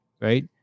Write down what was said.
right